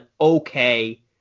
okay